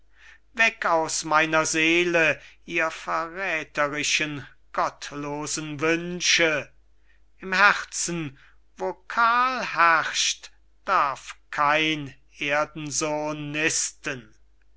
weg aus meiner seele ihr verrätherischen gottlosen wünsche im herzen wo karl herrscht darf kein erdensohn nisten